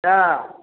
सहए